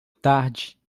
tarde